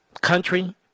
Country